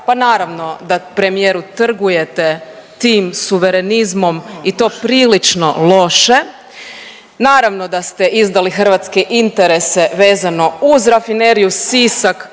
Pa naravno da premijeru trgujete tim suverenizmom i to prilično loše. Naravno da ste izdali hrvatske interese vezano uz Rafineriju Sisak,